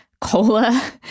cola